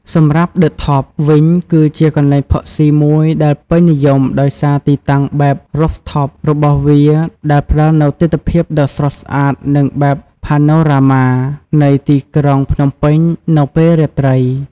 សម្រាប់ ឌឹ ថប់ (The Top) វិញ គឺជាកន្លែងផឹកស៊ីមួយដែលពេញនិយមដោយសារទីតាំងបែប រ៉ូហ្វថប (Rooftop) របស់វា ដែលផ្ដល់នូវទិដ្ឋភាពដ៏ស្រស់ស្អាត និងបែប ផាណូរ៉ាម៉ា (Panorama) នៃទីក្រុងភ្នំពេញនៅពេលរាត្រី។